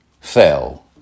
fell